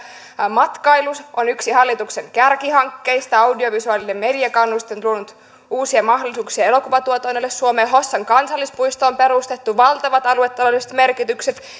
matkailu on yksi hallituksen kärkihankkeista audiovisuaalisen median kannustin on tuonut uusia mahdollisuuksia elokuvatuotannoille suomeen hossan kansallispuisto on perustettu valtavat aluetaloudelliset merkitykset